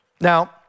Now